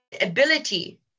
ability